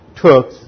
took